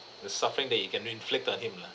the suffering that you can inflict on him lah